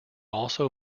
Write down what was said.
also